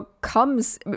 comes